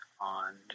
on